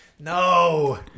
no